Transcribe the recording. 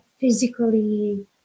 physically